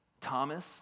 Thomas